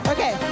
Okay